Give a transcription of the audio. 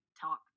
talk